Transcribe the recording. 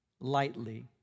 lightly